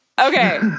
Okay